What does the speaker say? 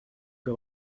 que